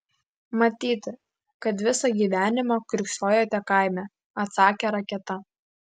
matyti kad visą gyvenimą kiurksojote kaime atsakė raketa